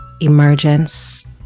Emergence